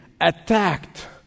attacked